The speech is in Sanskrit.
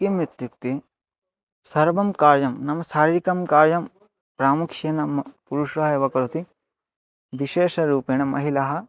किम् इत्युक्ते सर्वं कार्यं नाम शारिरिकं कार्यं प्रामुख्यं नाम पुरुषाय वा करोति विशेषरूपेण महिलाः